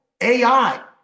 AI